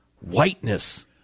whiteness